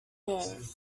move